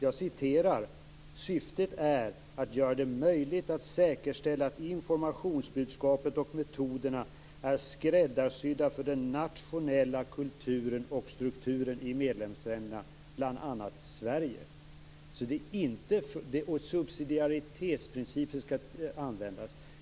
Dess syfte är att göra det möjligt att säkerställa att informationsbudskapet och metoderna är skräddarsydda för den nationella kulturen och strukturen. Detta gäller för de olika medlemsländerna, bl.a. för Sverige. Dessutom skall subsidiaritetsprincipen användas.